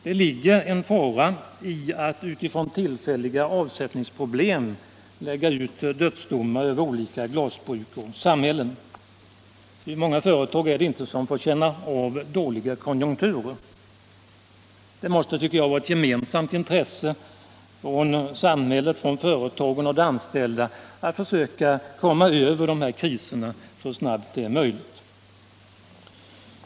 Det ligger en fara i att utifrån tillfälliga avsättningsproblem avkunna dödsdomar över olika glasbruk och samhällen. Hur många företag är det inte som får känna av dåliga konjunkturer? Jag tycker att det måste vara ett gemensamt intresse för samhället, företagen och de anställda att försöka komma över de kriserna så snabbt som möjligt.